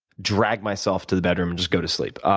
drag myself to the bedroom, and just go to sleep.